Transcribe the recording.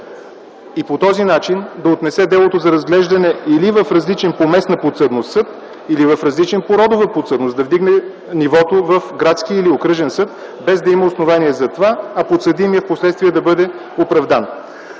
И по този начин да отнесе делото за разглеждане или в различен по местна подсъдност съд, или в различен по родова подсъдност, да вдигне нивото в градския или окръжен съд без да има основание за това, а подсъдимият впоследствие да бъде оправдан.